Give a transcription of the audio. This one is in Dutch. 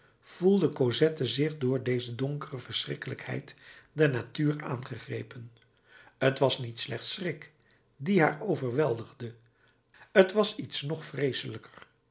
voelde cosette zich door deze donkere verschrikkelijkheid der natuur aangegrepen t was niet slechts schrik die haar overweldigde t was iets nog vreeselijker